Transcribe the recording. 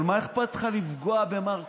אבל מה אכפת לך לפגוע במר כוכבי?